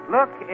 Look